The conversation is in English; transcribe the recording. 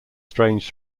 strange